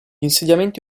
insediamenti